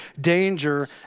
danger